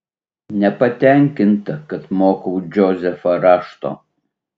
nepatenkinta kad mokau džozefą rašto